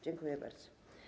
Dziękuję bardzo.